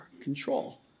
control